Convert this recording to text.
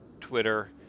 Twitter